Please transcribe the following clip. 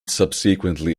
subsequently